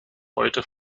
heute